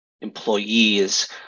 employees